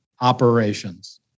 operations